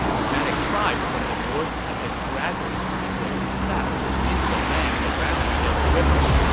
nomadic tribes from the north had been gradually migrating south into the lands around the yellow river.